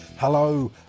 Hello